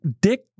dick